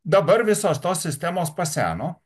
dabar visos tos sistemos paseno